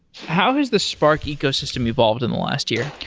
how has the spark ecosystem evolved in last year?